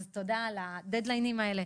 אז תודה על הדד-ליינים הללו.